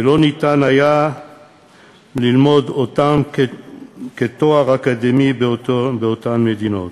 ולא ניתן היה ללמוד אותם כתואר אקדמי באותן מדינות.